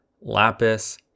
lapis